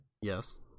Yes